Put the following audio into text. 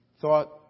thought